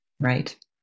Right